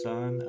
Son